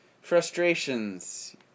Frustrations